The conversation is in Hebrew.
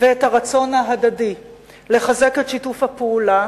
ואת הרצון ההדדי לחזק את שיתוף הפעולה,